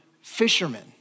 fishermen